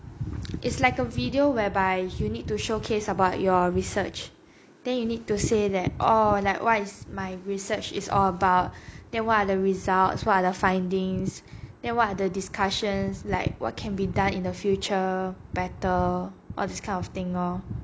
it's like a video whereby you need to showcase about your research then you need to say like oh like what is my research is all about then why are the results for other findings then what other discussions like what can be done in the future better like all these kind of things lor